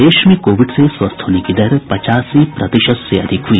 प्रदेश में कोविड से स्वस्थ होने की दर पचासी प्रतिशत से अधिक हुई